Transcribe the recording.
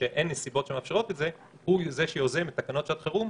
משאין נסיבות שמאפשרות את זה הוא זה שיוזם את תקנות של חירום,